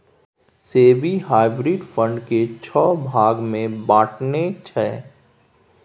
SEBI hybrid fund केँ छओ भाग मे बँटने छै